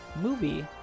movie